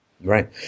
Right